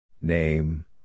Name